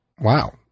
wow